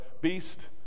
beast